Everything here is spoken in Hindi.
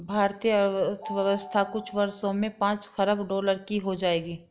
भारतीय अर्थव्यवस्था कुछ वर्षों में पांच खरब डॉलर की हो जाएगी